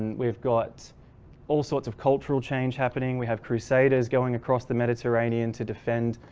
we've got all sorts of cultural change happening, we have crusaders going across the mediterranean to defend